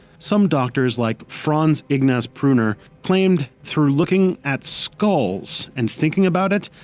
some doctors like franz ignaz pruner claimed through looking at skulls and thinking about it,